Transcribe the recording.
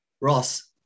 Ross